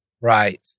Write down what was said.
Right